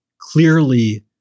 Clearly